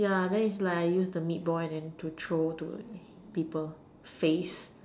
yeah then is like I use the meatball and then to throw to a people face